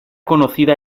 conocida